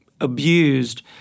abused